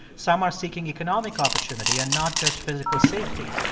some are seeking economic opportunity and not just physical safety.